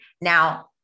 Now